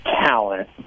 talent